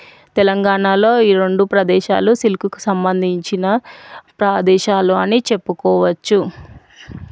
తెలంగాణాలో ఈ రెండు ప్రదేశాలు సిల్క్కు సంబంధించిన ప్రదేశాలు అని చెప్పుకోవచ్చు